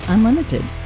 Unlimited